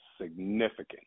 significant